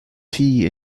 tea